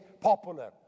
popular